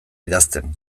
idazten